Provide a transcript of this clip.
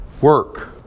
work